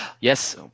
yes